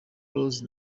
rose